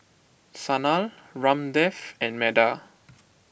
Sanal Ramdev and Medha